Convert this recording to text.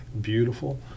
Beautiful